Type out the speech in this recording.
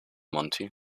monti